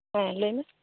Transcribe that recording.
ᱦᱮᱸ ᱞᱟᱹᱭ ᱢᱮ